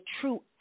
true